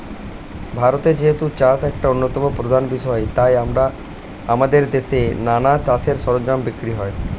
ভারতে যেহেতু চাষ একটা অন্যতম প্রধান বিষয় তাই আমাদের দেশে নানা চাষের সরঞ্জাম বিক্রি হয়